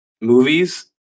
movies